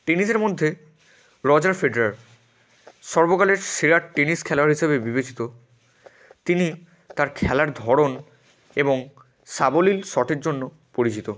টেনিসের মধ্যে Roger Federer সর্বকালের সেরা টেনিস খেলোয়াড় হিসেবে বিবেচিত তিনি তার খেলার ধরন এবং সাবলীল শটের জন্য পরিচিত